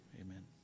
Amen